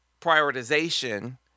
prioritization